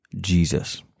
Jesus